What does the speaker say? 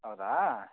ಹೌದಾ